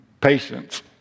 patience